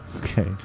Okay